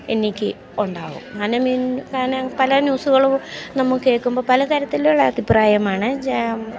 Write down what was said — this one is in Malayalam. എനിക്ക് ഉണ്ടാവും അങ്ങനെ പല ന്യൂസുകളും നമ്മൾ കേൾക്കുമ്പോൾ പല തരത്തിലുള്ള അഭിപ്രായമാണ്